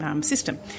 system